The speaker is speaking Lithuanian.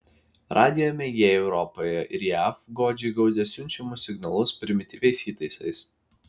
radijo mėgėjai europoje ir jav godžiai gaudė siunčiamus signalus primityviais įtaisais